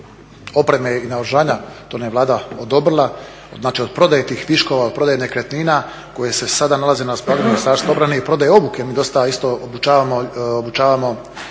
opreme i naoružanja, to nam je Vlada odobrila, znači od prodaje tih viškova, od prodaje nekretnina koje se sada nalaze … Ministarstva obrane i prodaje …, mi dosta isto obučavamo